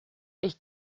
ich